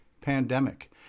pandemic